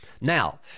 Now